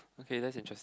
okay that's interest